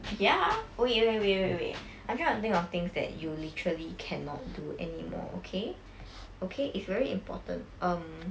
ya wait wait wait wait wait I'm trying to think of things that you literally cannot do anymore okay okay is very important um